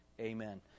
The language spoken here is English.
Amen